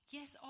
Yes